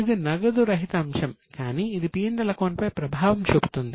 ఇది నగదు రహిత అంశం కానీ ఇది P L అకౌంట్ పై ప్రభావం చూపుతుంది